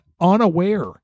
unaware